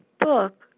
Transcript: book